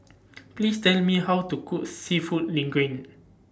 Please Tell Me How to Cook Seafood Linguine